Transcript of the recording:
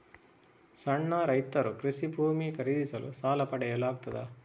ಸಣ್ಣ ರೈತರು ಕೃಷಿ ಭೂಮಿ ಖರೀದಿಸಲು ಸಾಲ ಪಡೆಯಲು ಆಗ್ತದ?